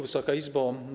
Wysoka Izbo!